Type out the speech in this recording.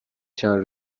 چند